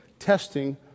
testing